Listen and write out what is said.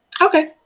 Okay